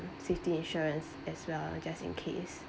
safety insurance as well just in case